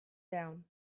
down